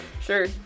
Sure